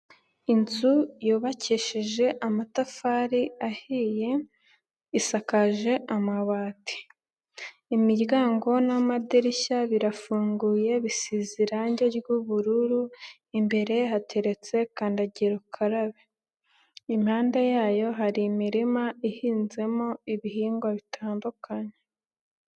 Inzu yubakishije amatafari ahiye, isakaje amabati, imiryango n'amadirishya birafunguye bisize irangi ry'ubururu, imbere hateretse kandagira ukarabe, impande yayo hari imirima ihinzemo ibihingwa bitandukanye.